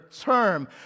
term